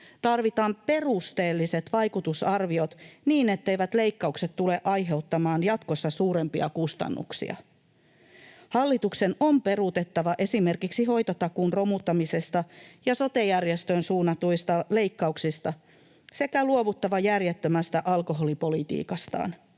Tarvitaan perusteelliset vaikutusarviot, niin etteivät leikkaukset tule aiheuttamaan jatkossa suurempia kustannuksia. Hallituksen on peruutettava esimerkiksi hoitotakuun romuttamisesta ja sote-järjestöihin suunnatuista leikkauksista sekä luovuttava järjettömästä alkoholipolitiikastaan,